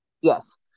Yes